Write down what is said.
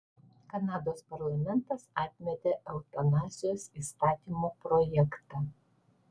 kanados parlamentas atmetė eutanazijos įstatymo projektą